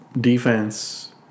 defense